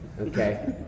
okay